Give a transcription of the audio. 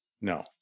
no